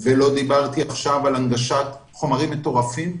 ולא דיברתי עכשיו על הנגשת חומרים מטורפים.